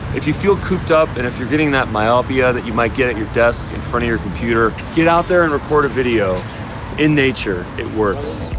if you feel cooped up and you're getting that myopia that you might get at your desk, in front of your computer get out there and record a video in nature. it works.